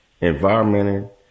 environmental